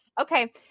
okay